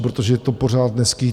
Protože to pořád neskýtá...